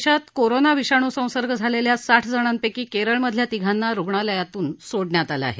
देशात कोरोना विषाणू संसर्ग झालेल्या साठ जणांपैकी केरळमधल्या तिघांना रुग्णालयातून सोडण्यात आलं आहे